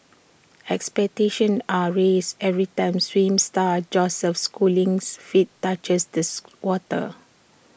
expectations are raised every time swim star Joseph schooling's feet touches this water